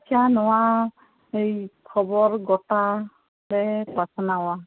ᱟᱪᱪᱷᱟ ᱱᱚᱶᱟ ᱠᱷᱚᱵᱚᱨ ᱜᱚᱴᱟ ᱞᱮ ᱯᱟᱥᱱᱟᱣᱟ